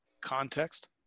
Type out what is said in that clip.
context